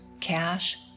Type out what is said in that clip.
cash